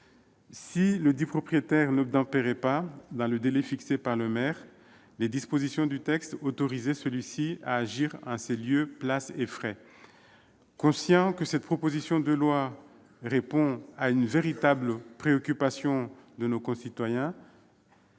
Si ledit propriétaire n'obtempérait pas dans le délai fixé par le maire, les dispositions du texte autorisaient celui-ci à agir en ses lieu, place et frais. Conscient que cette proposition de loi répond à une véritable préoccupation de nos concitoyens,